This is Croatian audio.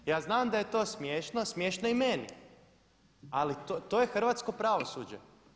Ja znam da je to smiješno, smiješno je i meni ali to je hrvatsko pravosuđe.